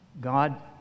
God